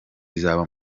iza